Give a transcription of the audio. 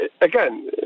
again